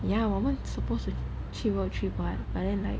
ya 我们 supposed to 去 road trip [what] then